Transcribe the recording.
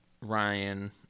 Ryan